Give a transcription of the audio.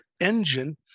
engine